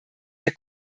der